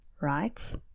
right